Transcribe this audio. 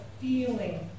feeling